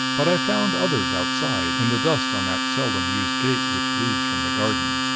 but i found others outside, in the dust on that seldom-used gate which leads from the garden.